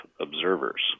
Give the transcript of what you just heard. observers